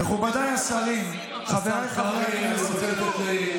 מכובדיי השרים, חבריי חברי הכנסת,